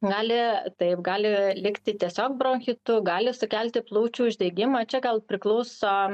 gali taip gali likti tiesiog bronchitu gali sukelti plaučių uždegimą čia gal priklauso